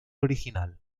original